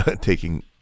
taking